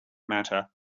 matter